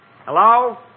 Hello